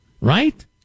Right